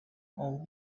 all